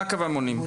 מה הכוונה במונעים?